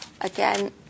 again